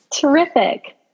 Terrific